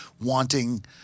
wanting